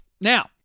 Now